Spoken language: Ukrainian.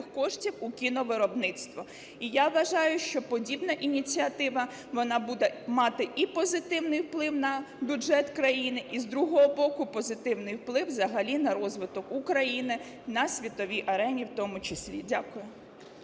коштів у кіновиробництво. І я вважаю, що подібна ініціатива, вона буде мати і позитивний вплив на бюджет країни. І з другого боку позитивний вплив взагалі на розвиток України на світовій арені в тому числі. Дякую.